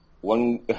one